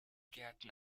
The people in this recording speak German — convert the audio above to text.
gärten